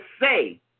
say